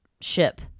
ship